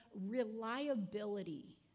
reliability